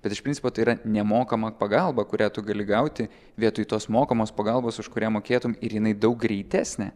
bet iš principo tai yra nemokama pagalba kurią tu gali gauti vietoj tos mokamos pagalbos už kurią mokėtum ir jinai daug greitesnė